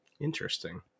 Interesting